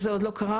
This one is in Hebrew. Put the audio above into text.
זה עוד לא קרה.